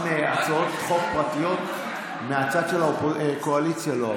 גם הצעות חוק פרטיות מהצד של הקואליציה לא עברו.